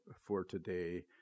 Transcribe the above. for-today